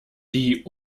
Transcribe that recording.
die